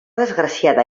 desgraciada